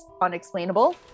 unexplainable